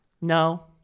No